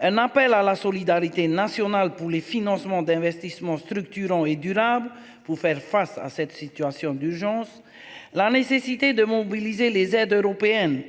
Un appel à la solidarité nationale pour les financements d'investissements structurants et durables pour faire face à cette situation d'urgence la nécessité de mobiliser les aides européennes